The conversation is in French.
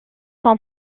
son